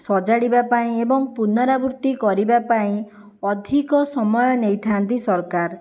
ସଜାଡ଼ିବା ପାଇଁ ଏବଂ ପୁନରାବୃତ୍ତି କରିବା ପାଇଁ ଅଧିକ ସମୟ ନେଇଥାନ୍ତି ସରକାର